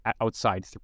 outside